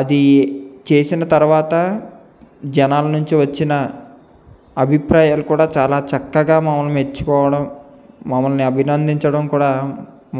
అది చేసిన తర్వాత జనాలు నుంచి వచ్చిన అభిప్రాయాలు కూడా చాలా చక్కగా మమ్మల్ని మెచ్చుకోవడం మమ్మల్ని అభినందించడం కూడా